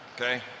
okay